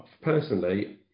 personally